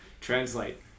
translate